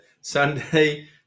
Sunday